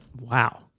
Wow